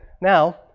now